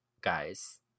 guys